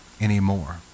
anymore